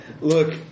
Look